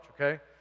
okay